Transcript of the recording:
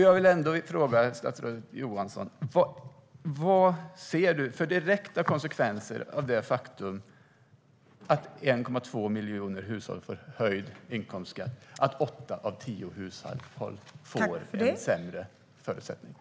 Jag vill fråga statsrådet Johansson: Vad ser du för direkta konsekvenser av det faktum att 1,2 miljoner hushåll får höjd inkomstskatt och att åtta av tio hushåll får sämre förutsättningar?